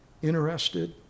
interested